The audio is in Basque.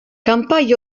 kanpai